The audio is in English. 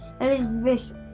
Elizabeth